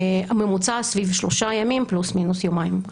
הממוצע סביב שלושה ימים, פלוס מינוס יומיים.